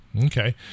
Okay